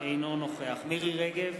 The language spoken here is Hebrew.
אינו נוכח מירי רגב